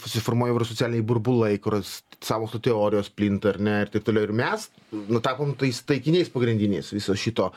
susiformuoja ir socialiniai burbulai kuruos sąmokslo teorijos plinta ar ne ir taip toliau ir mes nu tapom tais taikiniais pagrindiniais viso šito